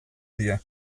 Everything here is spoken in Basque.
die